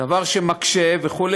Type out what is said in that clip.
דבר שמקשה וכו',